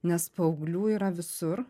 nes paauglių yra visur